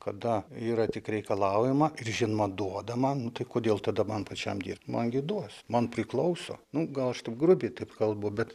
kada yra tik reikalaujama ir žinoma duoda man nu tai kodėl tada man pačiam dirbt man gi duos man priklauso nu gal aš taip grubiai taip kalbu bet